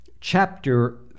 chapter